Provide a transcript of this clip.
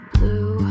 Blue